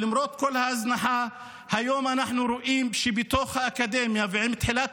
למרות כל ההזנחה היום, עם תחילת